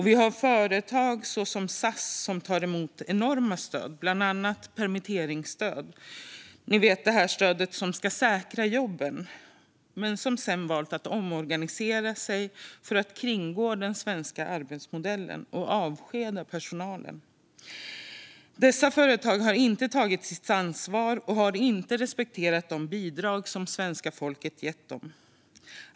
Vi har företag som SAS, som tagit emot enorma stöd, bland annat det permitteringsstöd som ska säkra jobben, men som sedan valt att omorganisera sig för att kringgå den svenska arbetsmodellen och avskeda personalen. Dessa företag har inte tagit sitt ansvar och har inte respekterat de bidrag som svenska folket gett dem.